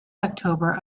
october